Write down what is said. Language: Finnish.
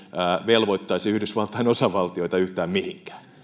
velvoittaisi yhdysvaltain osavaltioita yhtään mihinkään